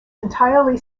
entirely